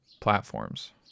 platforms